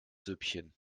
süppchen